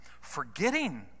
Forgetting